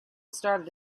started